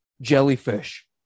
jellyfish